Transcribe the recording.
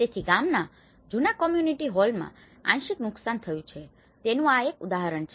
તેથી ગામના જૂના કોમ્યુનિટી હોલમાં આંશિક નુકસાન થયું છે તેનું આ એક ઉદાહરણ છે